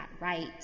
right